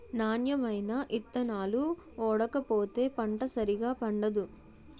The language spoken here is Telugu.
నాణ్యమైన ఇత్తనాలు ఓడకపోతే పంట సరిగా పండదు